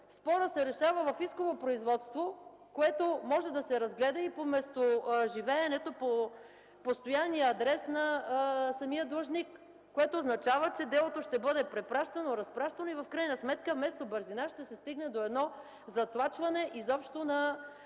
спорът се решава в исково производство, което може да се разгледа и по местоживеене, по постоянния адрес на самия длъжник. Това означава, че делото ще бъде препращано, разпращано и в крайна сметка вместо до бързина, ще се стигне до затлачване на